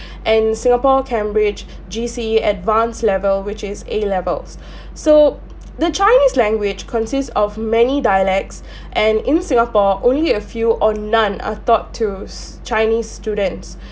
and singapore cambridge G_C_E advanced level which is a levels so the chinese language consists of many dialects and in singapore only a few or none are thought two s~ chinese students